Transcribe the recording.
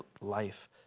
life